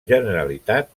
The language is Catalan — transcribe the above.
generalitat